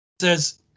says